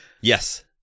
Yes